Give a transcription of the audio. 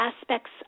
aspects